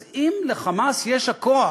אז אם ל"חמאס" יש הכוח